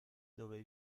dove